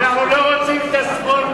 אנחנו לא רוצים פה את השמאל.